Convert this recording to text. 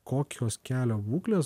kokios kelio būklės